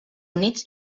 units